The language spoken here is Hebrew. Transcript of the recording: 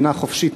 מדינה חופשית,